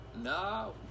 No